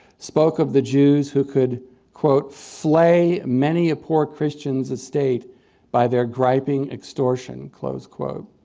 spoke of the jews who could quote, flay many a poor christian's estate by their griping extortion, close quote.